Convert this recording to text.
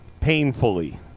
painfully